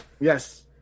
Yes